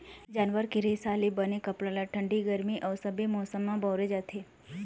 जानवर के रेसा ले बने कपड़ा ल ठंडी, गरमी अउ सबे मउसम म बउरे जाथे